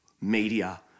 Media